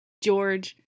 George